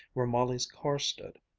where molly's car stood,